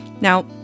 Now